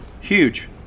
huge